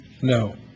no